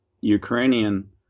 Ukrainian